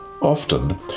Often